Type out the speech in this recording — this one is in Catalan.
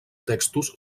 textos